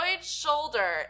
shoulder